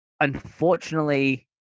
unfortunately